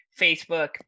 Facebook